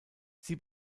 sie